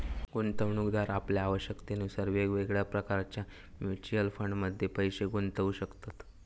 गुंतवणूकदार आपल्या आवश्यकतेनुसार वेगवेगळ्या प्रकारच्या म्युच्युअल फंडमध्ये पैशे गुंतवू शकतत